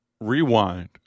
rewind